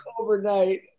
overnight